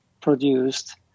produced